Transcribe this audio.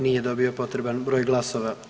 Nije dobio potreban broj glasova.